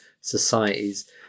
societies